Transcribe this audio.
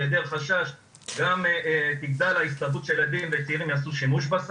בהיעדר חשש גם יגדל השימוש של צעירים בסם.